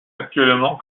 actuellement